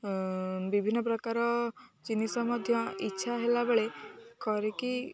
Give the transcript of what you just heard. ବିଭିନ୍ନ ପ୍ରକାର ଜିନିଷ ମଧ୍ୟ ଇଚ୍ଛା ହେଲାବେଳେ କରିକି